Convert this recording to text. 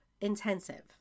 intensive